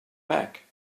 back